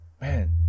Man